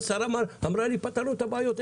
השרה אמרה לי: פתרנו את הבעיות,